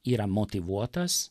yra motyvuotas